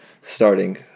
starting